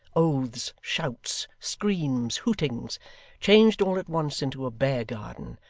oaths, shouts, screams, hootings changed all at once into a bear-garden,